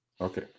okay